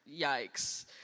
yikes